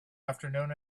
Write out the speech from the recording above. afternoon